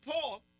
Paul